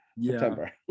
September